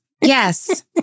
Yes